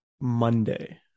Monday